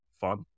fun